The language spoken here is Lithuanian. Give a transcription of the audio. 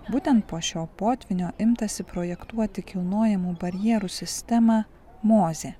būtent po šio potvynio imtasi projektuoti kilnojamų barjerų sistemą mozė